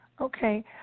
Okay